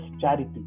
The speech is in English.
charity